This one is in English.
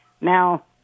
Now